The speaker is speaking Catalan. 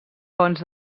fonts